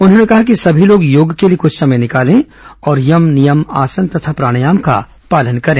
उन्होंने कहा कि सभी लोग योग के लिए कुछ समय निकालें और यम नियम आसन तथा प्राणायाम का पालन करें